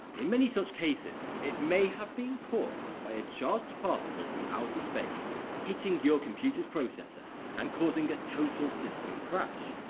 in many such cases it may have been caused by a charged particle from space hitting your computer's processor and causing a total system crash.